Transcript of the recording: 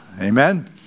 Amen